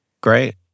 Great